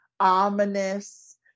ominous